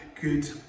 good